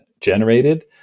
generated